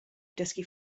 dysgu